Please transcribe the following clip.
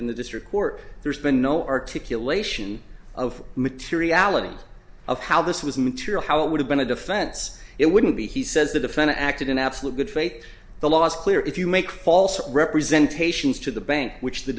in the district court there's been no articulation of materiality of how this was material how it would have been a defense it wouldn't be he says the defendant acted in absolute good faith the last clear if you make false representation as to the bank which the